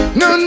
no